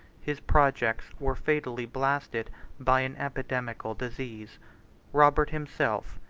his projects were fatally blasted by an epidemical disease robert himself,